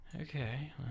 Okay